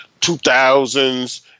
2000s